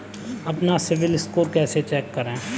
अपना CIBIL score कैसे check करें?